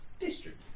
District